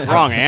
Wrong